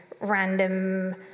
random